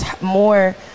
more